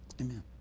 Amen